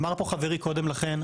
אמר פה חברי קודם לכן,